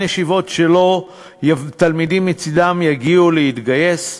ישיבות שתלמידים מצדן לא יגיעו להתגייס.